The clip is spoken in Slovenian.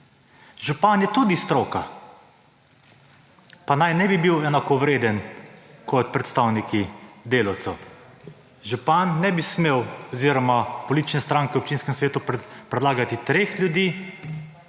Župan je tudi stroka, pa naj ne bi bil enakovreden kot predstavniki delavcev. Župan ne bi smel oziroma politične stranke v občinskem svetu predlagati 3 ljudi,